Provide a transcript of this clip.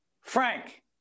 Frank